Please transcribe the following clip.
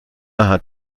hat